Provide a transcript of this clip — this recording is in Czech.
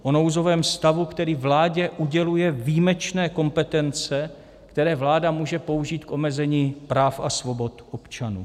O nouzovém stavu, který vládě uděluje výjimečné kompetence, které vláda může použít k omezení práv a svobod občanů.